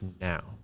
now